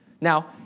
Now